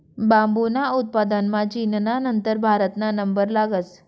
बांबूना उत्पादनमा चीनना नंतर भारतना नंबर लागस